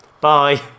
Bye